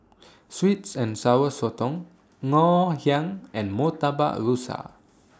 Sweets and Sour Sotong Ngoh Hiang and Murtabak Rusa